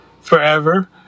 forever